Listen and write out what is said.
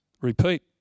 repeat